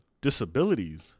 disabilities